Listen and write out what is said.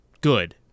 good